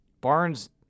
Barnes